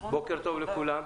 בוקר טוב לכולם.